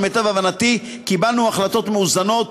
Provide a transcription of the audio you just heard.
ולמיטב הבנתי קיבלנו החלטות מאוזנות,